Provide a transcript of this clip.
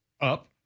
up